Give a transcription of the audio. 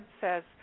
says